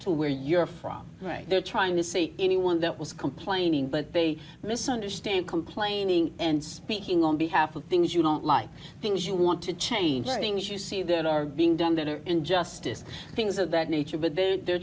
to where you're from right they're trying to see anyone that was complaining but they misunderstand complaining and speaking on behalf of things you don't like things you want to change things you see that are being done that are injustice things of that nature but they're